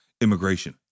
immigration